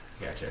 Gotcha